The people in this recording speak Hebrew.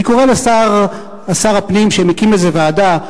אני קורא לשר הפנים, שמקים איזו ועדה,